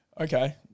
Okay